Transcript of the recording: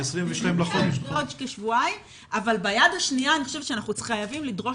אבל ביד השנייה אני חושבת שאנחנו חייבים לדרוש